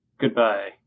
Goodbye